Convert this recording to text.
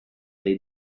dei